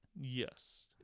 Yes